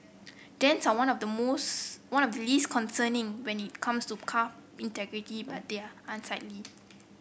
dents are one of the most one of the least concerning when it comes to car integrity but they're unsightly